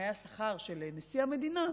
תנאי השכר של נשיא המדינה,